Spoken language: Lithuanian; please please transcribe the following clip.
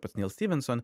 pats nyl styvenson